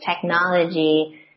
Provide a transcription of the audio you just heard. technology